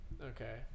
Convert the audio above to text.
okay